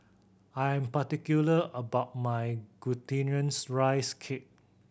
I am particular about my Glutinous Rice Cake